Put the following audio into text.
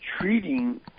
treating